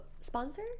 sponsor